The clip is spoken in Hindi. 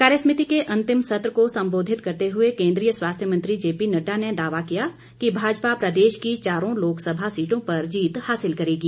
कार्यसमिति के अंतिम सत्र को संबोधित करते हुए केंद्रीय स्वास्थ्य मंत्री जेपी नड्डा ने दावा किया कि भाजपा प्रदेश की चारों लोकसभा सीटों पर जीत हासिल करेगी